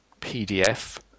PDF